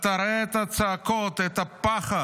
אתה רואה את הצעקות, את הפחד.